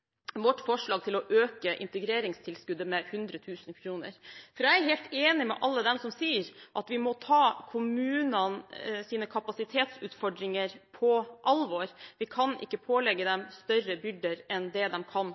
vårt forslag om å øke integreringstilskuddet med 100 000 kr. Jeg er helt enig med alle dem som sier at vi må ta kommunenes kapasitetsutfordringer på alvor – vi kan ikke pålegge dem større byrder enn det de kan